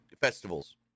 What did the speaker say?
festivals